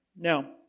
Now